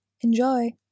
Enjoy